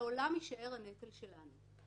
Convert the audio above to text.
לעולם יישאר הנטל שלנו,